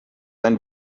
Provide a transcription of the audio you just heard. ein